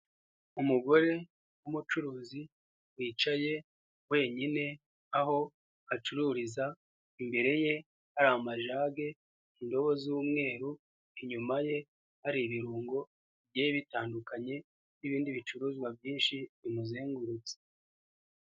Umugore, w'umucuruzi, wicaye, wenyine, aho acururiza, imbere ye, hari amajage, indobo z'umweru, inyuma ye hari ibirungo bigiye bitandukanye, n'ibindi bicuruzwa byinshi bimuzengurutse.